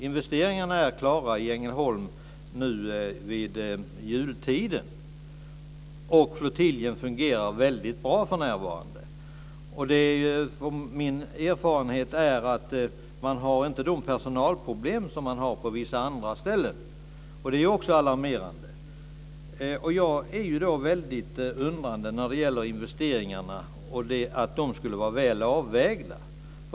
Investeringarna är klara i Ängelholm nu vid jultid, och flottiljen fungerar väldigt bra för närvarande. Min erfarenhet är att man inte har de personalproblem som man har på vissa andra ställen. Det är ju också alarmerande. Jag är väldigt undrande när det gäller investeringarna och att de skulle vara väl avvägda.